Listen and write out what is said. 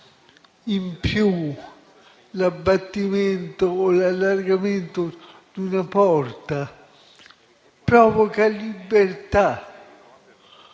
in più, l'abbattimento o l'allargamento di una porta, provocano libertà.